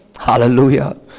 Hallelujah